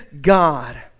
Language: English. god